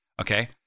okay